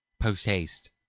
post-haste